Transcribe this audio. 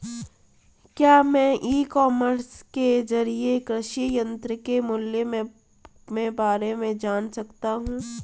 क्या मैं e commerce के ज़रिए कृषि यंत्र के मूल्य में बारे में जान सकता हूँ?